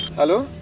hello,